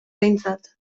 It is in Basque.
behintzat